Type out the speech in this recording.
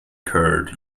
curd